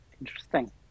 interesting